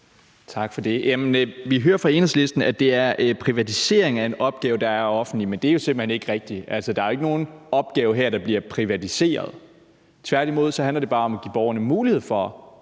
Tak for det. Vi hører fra Enhedslisten, at det er privatisering af en opgave, der er offentlig, men det er simpelt hen ikke rigtigt. Altså, der er ikke nogen opgave her, der bliver privatiseret. Tværtimod handler det bare om at give borgerne mulighed for